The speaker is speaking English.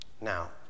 Now